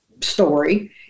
story